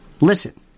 Listen